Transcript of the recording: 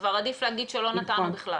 כבר עדיף להגיד שלא נתנו בכלל.